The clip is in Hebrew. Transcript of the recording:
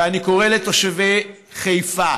ואני קורא לתושבי חיפה,